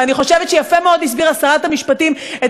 ואני חושבת שיפה מאוד הסבירה שרת המשפטים את